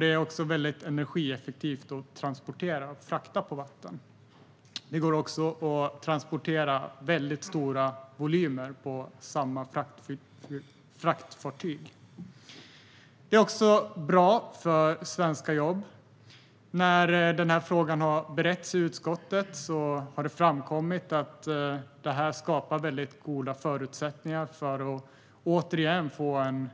Det är också energieffektivt att frakta på vatten, och det går att transportera stora volymer på samma fraktfartyg. Detta är bra för svenska jobb. När frågan bereddes i utskottet framkom att detta skapar goda förutsättningar för att återigen få en